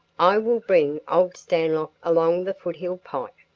i will bring old stanlock along the foothill pike.